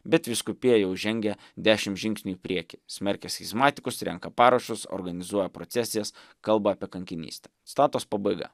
bet vyskupija jau žengia dešimt žingsnių į priekį smerkia schizmatikus renka parašus organizuoja procesijas kalba apie kankinystę citatos pabaiga